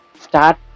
start